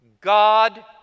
God